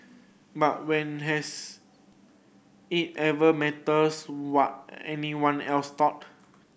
but when has it ever matters what anyone else thought